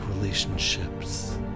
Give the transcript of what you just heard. relationships